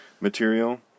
material